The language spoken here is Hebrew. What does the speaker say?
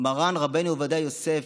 מרן רבנו עובדיה יוסף,